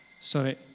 sorry